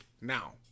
Now